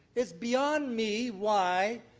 it's beyond me why